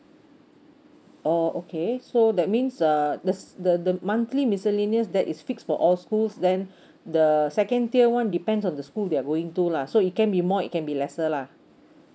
oh okay so that means uh the the the monthly miscellaneous that is fixed for all schools then the second tier one depends on the school they are going to lah so it can be more it can be lesser lah